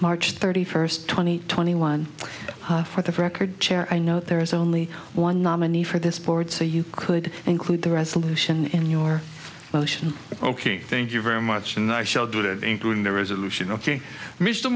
march thirty first twenty twenty one for the record chair i know there is only one nominee for this board so you could include the resolution in your motion ok thank you very much and i shall do that including the resolution ok mr